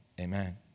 amen